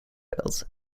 belt